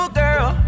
girl